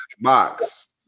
box